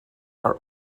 are